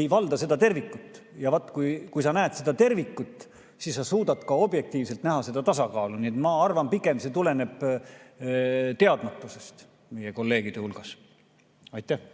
ei valda seda tervikut ja vaat, kui sa näed seda tervikut, siis sa suudad ka objektiivselt näha seda tasakaalu. Nii et ma arvan, pigem see tuleneb teadmatusest meie kolleegide hulgas. Aitäh!